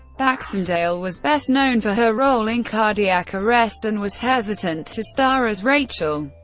baxendale was best known for her role in cardiac arrest and was hesitant to star as rachel,